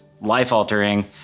life-altering